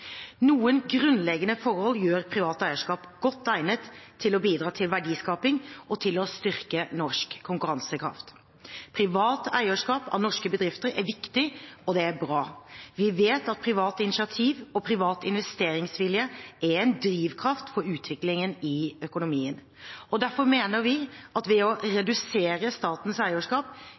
Noen grunnleggende forhold gjør privat eierskap godt egnet til å bidra til verdiskaping og til å styrke norsk konkurransekraft. Privat eierskap av norske bedrifter er viktig, og det er bra. Vi vet at privat initiativ og privat investeringsvilje er en drivkraft for utviklingen i økonomien. Og derfor mener vi at det å redusere statens eierskap